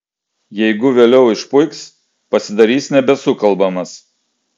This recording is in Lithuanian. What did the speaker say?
jeigu vėliau išpuiks pasidarys nebesukalbamas